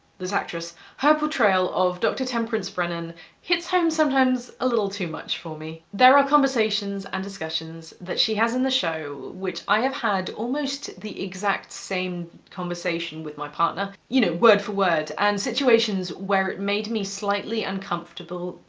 this actress, her portrayal of dr. temperance brennan hits home sometimes a little too much for me. there are conversations and discussions that she has in the show, which i have had almost the exact same conversation with my partner, you know word for word, and situations where it made me slightly uncomfortable,